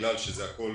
בגלל שהכול